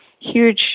huge